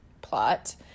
plot